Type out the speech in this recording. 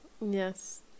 Yes